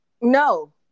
no